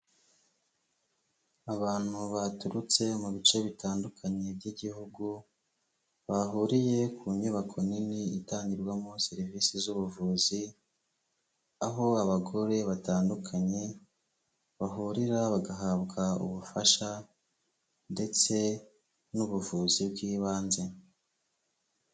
Abantu baturutse mu bice bitandukanye by'igihugu bahuriye ku nyubako nini itangirwamo serivisi z'ubuvuzi, aho abagore batandukanye bahurira bagahabwa ubufasha ndetse n'ubuvuzi bw'ibanze.